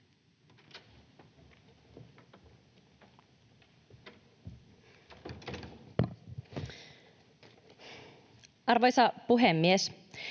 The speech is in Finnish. Arvoisa puhemies!